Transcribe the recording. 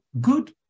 good